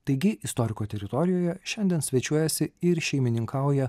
taigi istoriko teritorijoje šiandien svečiuojasi ir šeimininkauja